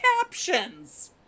captions